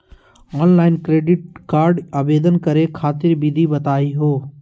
Online credit card आवेदन करे खातिर विधि बताही हो?